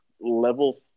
level